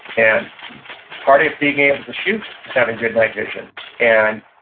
and part of being able to shoot is having good night vision. and